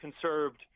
conserved